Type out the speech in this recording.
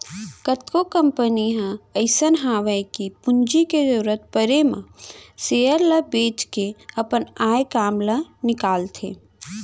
कतको कंपनी ह अइसन हवय कि पूंजी के जरूरत परे म सेयर ल बेंच के अपन आय काम ल निकालथे